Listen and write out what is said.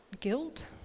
guilt